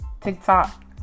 TikTok